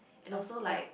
and also like